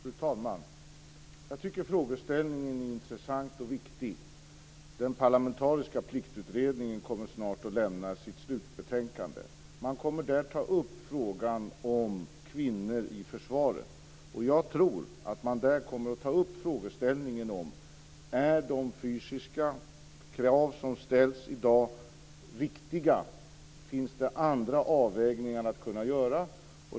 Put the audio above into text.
Fru talman! Jag tycker frågeställningen är intressant och viktig. Den parlamentariska pliktutredningen kommer snart att lämna sitt slutbetänkande där den kommer att ta upp frågan om kvinnor i försvaret. Jag tror att man där kommer att ta upp frågeställningen: Är de fysiska krav som ställs i dag riktiga? Finns det andra avvägningar som kan göras?